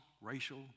racial